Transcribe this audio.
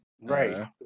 Right